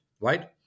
right